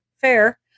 fair